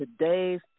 today's